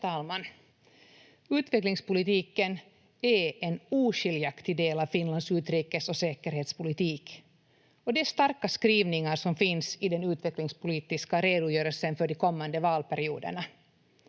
Utvecklingspolitiken är en oskiljaktig del av Finlands utrikes- och säkerhetspolitik, och det är starka skrivningar som finns i den utvecklingspolitiska redogörelsen för de kommande valperioderna.